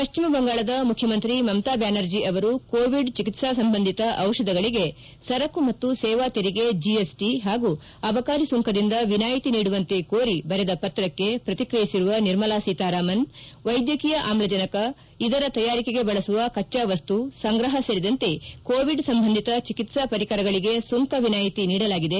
ಪಶ್ಚಿಮ ಬಂಗಾಳದ ಮುಖ್ಯಮಂತ್ರಿ ಮಮತಾ ಬ್ಯಾನರ್ಜಿ ಅವರು ಕೋವಿಡ್ ಚಿಕಿತ್ಪಾ ಸಂಬಂಧಿತ ಔಷಧಗಳಿಗೆ ಸರಕು ಮತ್ತು ಸೇವಾ ತೆರಿಗೆ ಜಿಎಸ್ಟಿ ಹಾಗೂ ಅಬಕಾರಿ ಸುಂಕದಿಂದ ವಿನಾಯಿತಿ ನೀಡುವಂತೆ ಕೋರಿ ಬರೆದ ಪತ್ರಕ್ಕೆ ಪ್ರತಿಕ್ರಯಿಸಿರುವ ನಿರ್ಮಲಾ ಸೀತಾರಾಮನ್ ವೈದ್ಯಕೀಯ ಅಮ್ಜಜನಕ ಇದರ ತಯಾರಿಕೆಗೆ ಬಳಸುವ ಕಚ್ಚಾ ವಸ್ತು ಸಂಗ್ರಹ ಸೇರಿದಂತೆ ಕೋವಿಡ್ ಸಂಬಂಧಿತ ಚಿಕಿತ್ಸಾ ಪರಿಕರಗಳಿಗೆ ಸುಂಕ ವಿನಾಯಿತಿ ನೀಡಲಾಗಿದೆ